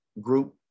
group